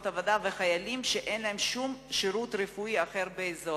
עבודה ולחיילים שאין להם שום שירות רפואי אחר באזור.